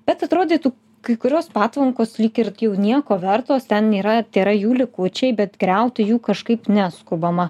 bet atrodytų kai kurios patvankos lyg ir jau nieko vertos ten nėra tėra jų likučiai bet griauti jų kažkaip neskubama